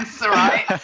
right